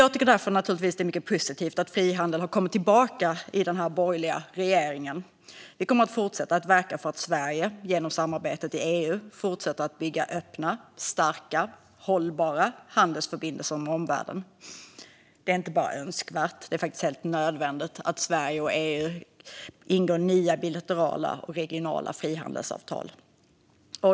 Jag tycker därför naturligtvis att det är mycket positivt att frihandeln har kommit tillbaka i den här borgerliga regeringen. Vi kommer att fortsätta verka för att Sverige genom samarbetet i EU ska fortsätta att bygga öppna, starka och hållbara handelsförbindelser med omvärlden. Det är inte bara önskvärt, utan faktiskt helt nödvändigt, att Sverige och EU ingår nya bilaterala och regionala frihandelsavtal.